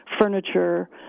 furniture